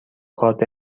کارت